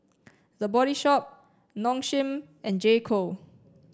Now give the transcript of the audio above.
the Body Shop Nong Shim and J Co